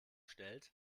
stellt